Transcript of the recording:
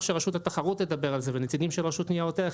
שרשות התחרות תדבר על זה ונציגים של רשות ניירות ערך,